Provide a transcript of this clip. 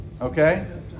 okay